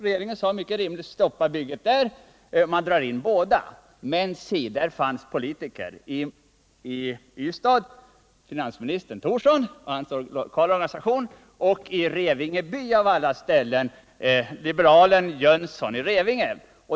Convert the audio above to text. Regeringen sade: Stoppa bygget där! Man drog in båda. Men si, där fanns politiker — i Ystad finansminister Thorsson och hans lokala organisation och i Revingeby av alla ställen liberalen Jönsson i Revinge.